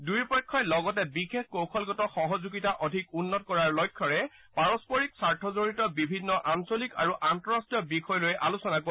দুয়োপক্ষই লগতে বিশেষ কৌশলগত সহযোগিতা অধিক উন্নত কৰাৰ লক্ষ্যৰে পাৰস্পৰিক স্বাৰ্থজড়িত বিভিন্ন আঞ্চলিক আৰু আন্তঃৰাষ্টীয় বিষয়লৈ আলোচনা কৰিব